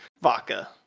vodka